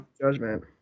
judgment